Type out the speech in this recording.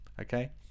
Okay